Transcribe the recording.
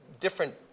different